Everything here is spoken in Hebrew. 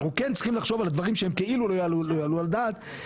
אנחנו כן צריכים לחשוב על הדברים שהם כאילו לא יעלו על הדעת.